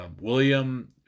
william